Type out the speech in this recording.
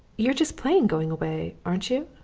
you're just playing go-away, aren't you?